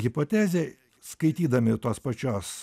hipotezė skaitydami tos pačios